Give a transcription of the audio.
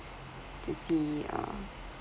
to see uh